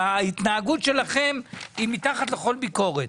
ההתנהגות שלכם היא מתחת לכל ביקורת.